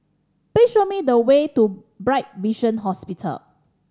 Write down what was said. please show me the way to Bright Vision Hospital